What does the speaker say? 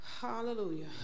Hallelujah